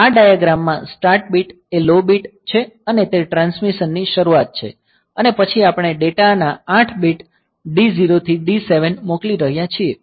આ ડાયાગ્રામ માં start bit એ લો બીટ છે અને તે ટ્રાન્સમિશન ની શરૂઆત છે અને પછી આપણે ડેટા ના 8 બીટ d0 થી d7 મોકલી રહ્યા છીએ